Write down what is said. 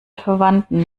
verwandten